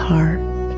Heart